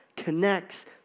connects